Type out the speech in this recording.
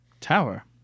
Tower